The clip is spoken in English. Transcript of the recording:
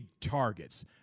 targets